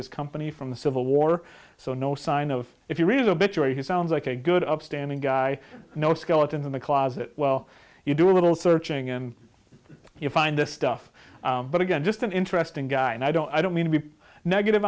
his company from the civil war so no sign of if you read obituary he sounds like a good upstanding guy no skeletons in the closet well you do a little searching and you find this stuff but again just an interesting guy and i don't i don't mean to be negative